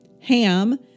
Ham